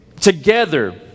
together